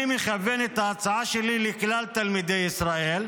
אני מכוון את ההצעה שלי לכלל תלמידי ישראל,